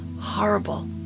horrible